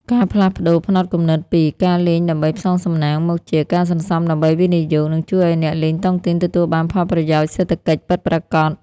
ការផ្លាស់ប្តូរផ្នត់គំនិតពី "ការលេងដើម្បីផ្សងសំណាង" មកជា "ការសន្សំដើម្បីវិនិយោគ" នឹងជួយឱ្យអ្នកលេងតុងទីនទទួលបានផលប្រយោជន៍សេដ្ឋកិច្ចពិតប្រាកដ។